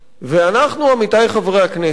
אנחנו, עמיתי חברי הכנסת,